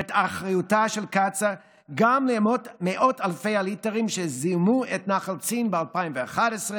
ואת אחריותה של קצא"א גם למאות אלפי הליטרים שזיהמו את נחל צין ב-2011,